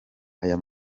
aya